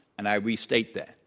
and i restate that.